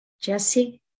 Jesse